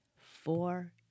four